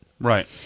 right